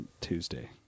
Tuesday